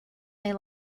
may